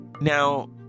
Now